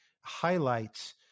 highlights